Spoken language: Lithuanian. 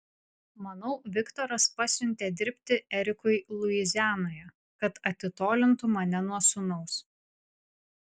manau viktoras pasiuntė dirbti erikui luizianoje kad atitolintų mane nuo sūnaus